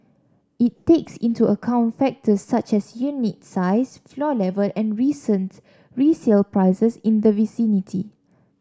it takes into account factors such as unit size floor level and recent resale prices in the vicinity